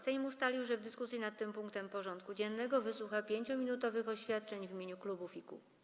Sejm ustalił, że w dyskusji nad tym punktem porządku dziennego wysłucha 5-minutowych oświadczeń w imieniu klubów i kół.